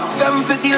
750